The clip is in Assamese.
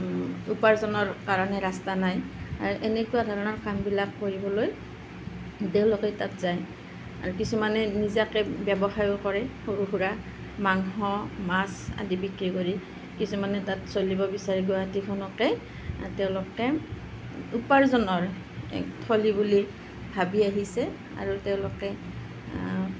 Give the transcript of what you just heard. উপাৰ্জনৰ কাৰণে ৰাস্তা নাই এনেকুৱা ধৰণৰ কামবিলাক কৰিবলৈ তেওঁলোকে তাত যায় আৰু কিছুমানে নিজাকৈ ব্যৱসায়ো কৰে সৰু সুৰা মাংস মাছ আদি বিক্ৰী কৰি কিছুমানে তাত চলিব বিচাৰে গুৱাহাটীখনকে তেওঁলোকে উপাৰ্জনৰ থলী বুলি ভাবি আহিছে আৰু তেওঁলোকে